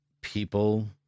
people